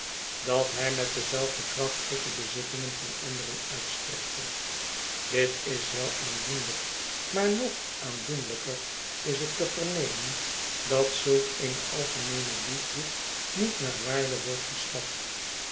dat hij met dezelfde kracht tot de bezittingen van anderen uitstrekte dit is wel aandoenlijk maar nog aandoenlijker is het te vernemen dat zulk eene algemeene liefde niet naar waarde wordt geschat